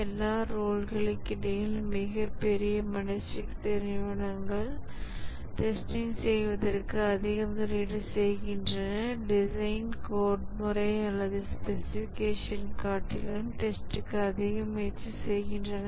எல்லா ரோல்க்கிடையில் மிகப் பெரிய மனித சக்தி நிறுவனங்கள் டெஸ்டிங் செய்வதற்கு அதிக முதலீடு செய்கின்றன டிசைன் கோட் முறை அல்லது ஸ்பெசிஃபிகேஷன் காட்டிலும் டெஸ்ட்க்கு அதிக முயற்சி செய்கின்றன